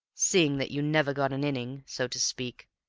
seeing that you never got an innings, so to speak,